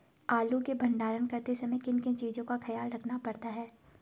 आलू के भंडारण करते समय किन किन चीज़ों का ख्याल रखना पड़ता है?